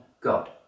God